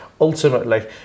Ultimately